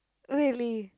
really